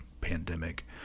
pandemic